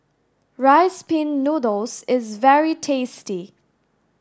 rice pin noodles is very tasty